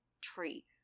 tree